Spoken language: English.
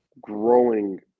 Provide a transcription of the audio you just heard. growing